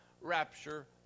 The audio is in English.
rapture